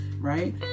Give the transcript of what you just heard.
right